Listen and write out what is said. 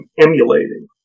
emulating